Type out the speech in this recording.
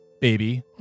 baby